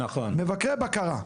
מבקרי בקרה.